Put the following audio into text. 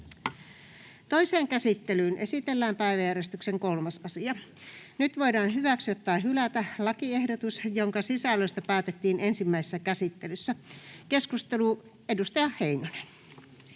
Toiseen käsittelyyn esitellään päiväjärjestyksen 3. asia. Nyt voidaan hyväksyä tai hylätä lakiehdotus, jonka sisällöstä päätettiin ensimmäisessä käsittelyssä. — Edustaja Heinonen.